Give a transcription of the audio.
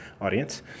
audience